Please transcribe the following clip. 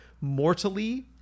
mortally